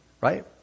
right